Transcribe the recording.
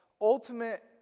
ultimate